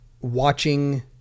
watching